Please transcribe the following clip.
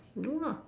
no lah